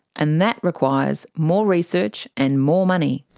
and that requires more research and more money.